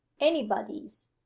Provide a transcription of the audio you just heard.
anybody's